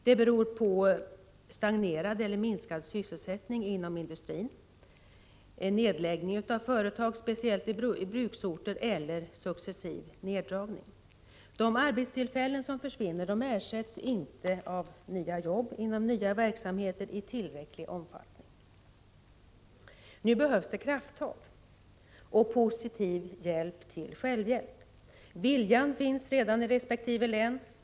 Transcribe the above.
Det beror på stagnerad eller minskad sysselsättning inom industrin, nedläggning av företag, speciellt i bruksorter, eller successiv neddragning. De arbetstillfällen som försvinner ersätts inte i tillräcklig omfattning av nya jobb inom nya verksamheter. Nu behövs det krafttag och positiv hjälp till självhjälp. Viljan finns redan i resp. län.